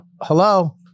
hello